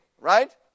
right